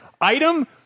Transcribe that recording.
item